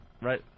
Right